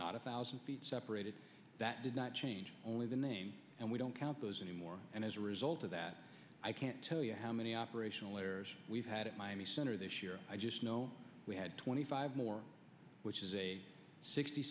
not a thousand feet operated that did not change only the name and we don't count those anymore and as a result of that i can't tell you how many operational errors we've had at miami center this year i just know we had twenty five more which is a sixty